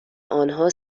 آنها